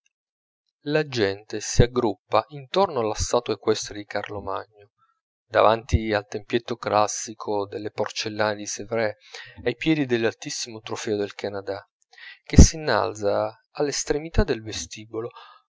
la gente si aggruppa intorno alla statua equestre di carlo magno davanti al tempietto classico delle porcellane di sévres ai piedi dell'altissimo trofeo del canadà che s'innalza all'estremità del vestibolo